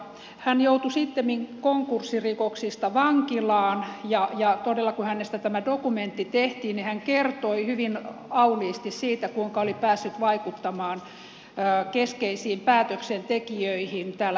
hän joutui sittemmin konkurssirikoksista vankilaan ja todellakin kun hänestä tämä dokumentti tehtiin hän kertoi hyvin auliisti siitä kuinka oli päässyt vaikuttamaan keskeisiin päätöksentekijöihin täällä eduskunnassa